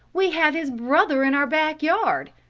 we have his brother in our back yard.